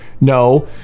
no